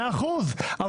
מאה אחוז.